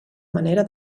manera